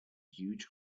huge